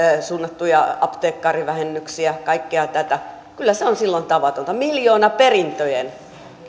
suunnattuja apteekkarivähennyksiä kaikkea tätä kyllä se on silloin tavatonta miljoonaperintöjen